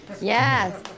Yes